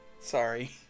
Sorry